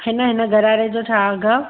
हिन हिन घरारे जो छा अघि आहे